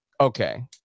Okay